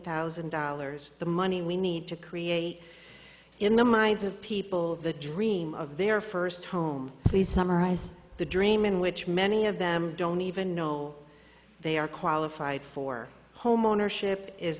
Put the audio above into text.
thousand dollars the money we need to create in the minds of people the dream of their first home they summarize the dream in which many of them don't even know they are qualified for homeownership is